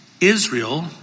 Israel